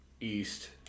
East